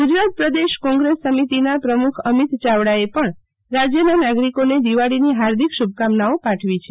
ગુજરાત પ્રદેશ કોંગ્રેસ સમિતિના પ્રમુખ અમિત ચાવડાએ પણ રાજયના નાગરિકોને દિવાળીની હાર્દિક શુભકામનાઓ પાઠવી છે